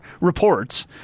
reports